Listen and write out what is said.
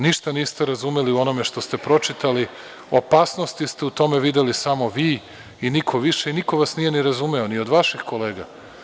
Ništa niste razumeli u onome što ste pročitali, opasnosti ste u tome videli samo vi i niko više i niko vas nije ni razumeo ni od vaših kolega.